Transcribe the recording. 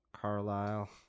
Carlisle